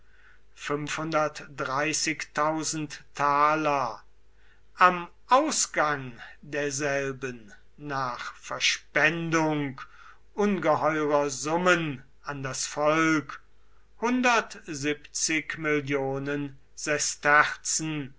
am ausgang derselben nach verspendung ungeheurer summen an das volk